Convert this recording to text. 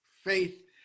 faith